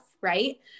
right